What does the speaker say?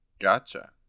Gotcha